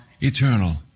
Eternal